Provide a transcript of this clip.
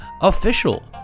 official